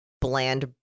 bland